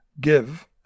give